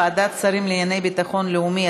ועדת שרים לענייני ביטחון לאומי),